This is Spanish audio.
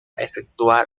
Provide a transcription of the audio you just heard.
efectuar